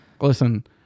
Listen